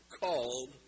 called